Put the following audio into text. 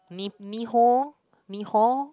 ni nihon nihon